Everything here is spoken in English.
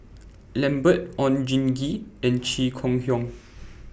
Lambert Oon Jin Gee and Chong Kee Hiong